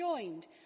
joined